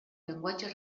llenguatge